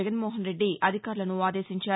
జగన్నోహన్రెడ్డి అధికారులను ఆదేశించారు